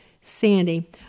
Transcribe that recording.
Sandy